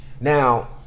Now